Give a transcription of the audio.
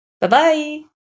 Bye-bye